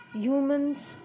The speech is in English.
Humans